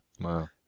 Wow